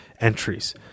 entries